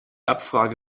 abfrage